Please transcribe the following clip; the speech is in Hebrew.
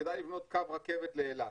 שכדאי לבנות קו רכבת לאילת,